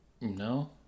No